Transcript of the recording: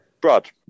Brad